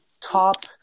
top –